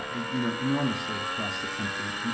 ah you know, enormously, across the country,